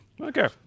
Okay